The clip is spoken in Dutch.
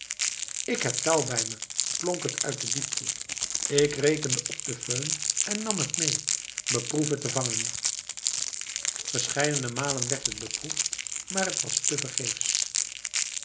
ik heb touw bij me klonk het uit de diepte ik rekende op de föhn en nam het mee beproef het te vangen verscheidene malen werd het beproefd maar het was